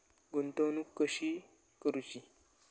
गुंतवणूक कशी करूची?